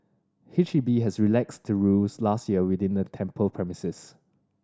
H E B has relaxed the rules last year within the temple premises